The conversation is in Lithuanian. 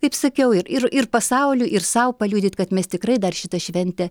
kaip sakiau ir ir ir pasauliui ir sau paliudyt kad mes tikrai dar šitą šventę